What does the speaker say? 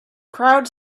crowd